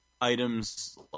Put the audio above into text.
items